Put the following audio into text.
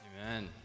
Amen